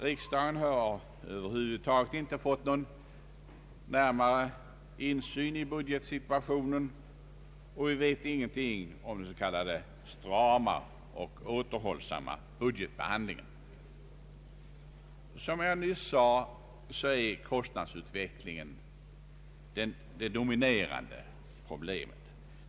Riksdagen har över huvud taget inte fått någon närmare insyn i budgetsituationen, och vi vet ingenting om den s.k. strama och återhållsamma budgetbehandlingen. Som jag nyss sade, är kostnadsutvecklingen det dominerande problemet.